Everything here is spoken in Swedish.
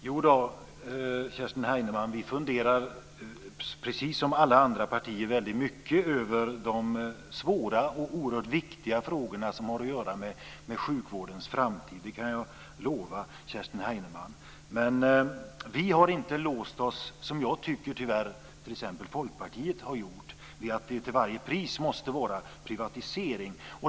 Fru talman! Vi funderar, Kerstin Heinemann, precis som alla andra partier, mycket över de svåra och oerhört viktiga frågorna som har att göra med sjukvårdens framtid. Det kan jag lova Kerstin Heinemann. Vi har inte låst oss - som jag tycker att Folkpartiet har gjort - vid att det till varje pris måste vara privatisering.